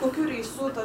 kokiu reisu tas